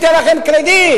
ניתן לכם קרדיט,